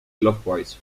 clockwise